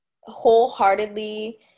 wholeheartedly